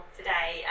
today